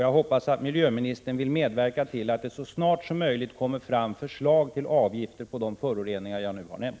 Jag hoppas att energioch miljöministern vill medverka till att det så snart som möjligt kommer fram förslag om avgifter på de föroreningar som jag nu har nämnt.